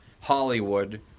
Hollywood